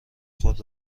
خود